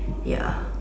ya